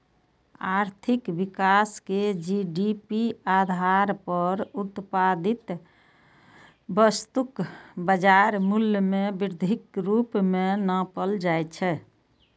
आर्थिक विकास कें जी.डी.पी आधार पर उत्पादित वस्तुक बाजार मूल्य मे वृद्धिक रूप मे नापल जाइ छै